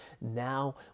now